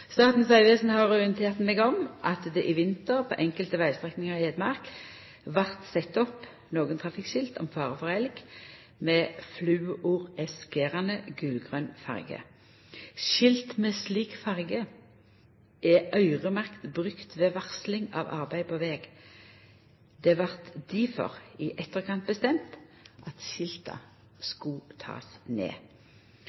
Statens vegvesen har orientert meg om at det i vinter på enkelte vegstrekningar i Hedmark vart sett opp nokre trafikkskilt om fare for elg med fluorescerande gulgrønn farge. Skilt med slik farge er øyremerkt brukte ved varsling av arbeid på veg. Det vart difor i etterkant bestemt at skilta